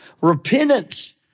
Repentance